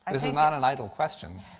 this is not an idle question.